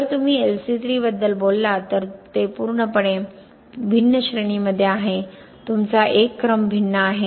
जर तुम्ही LC3 बद्दल बोललो तर ते पूर्णपणे भिन्न श्रेणीमध्ये आहे तुमचा एक क्रम भिन्न आहे